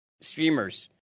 streamers